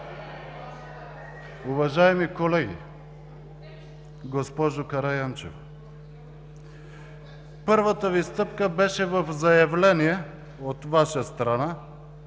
Уважаеми колеги! Госпожо Караянчева, първата Ви стъпка беше в заявление от Ваша страна